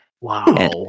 wow